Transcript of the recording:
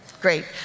Great